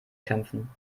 kämpfen